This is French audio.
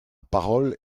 parole